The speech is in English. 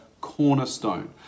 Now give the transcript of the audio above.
cornerstone